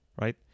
right